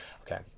Okay